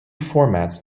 formats